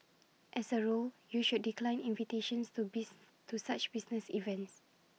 as A rule you should decline invitations to to such business events